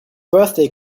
birthday